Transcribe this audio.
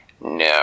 No